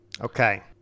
Okay